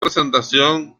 presentación